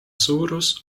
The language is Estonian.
suurus